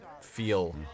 feel